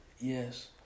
Yes